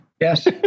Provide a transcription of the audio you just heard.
Yes